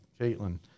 Caitlin